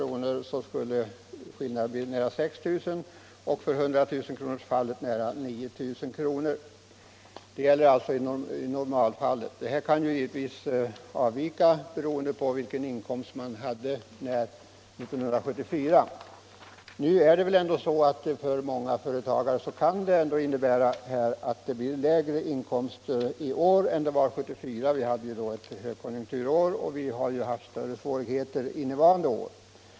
regler om avdrag för skulle skillnaden bli nära 6 000 och i 100 000-kronorsfallet nära 9000 egenavgifter kr. Detta gäller alltså i normalfallet. Det kan givetvis finnas avvikelse, beroende på vilken inkomst man hade år 1974. Nu är det väl ändå så att många inkomsttagare kan få lägre inkomster i år än de hade 1974, som var ett högkonjunkturår — vi har ju också haft större svårigheter under innevarande år.